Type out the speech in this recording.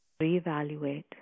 reevaluate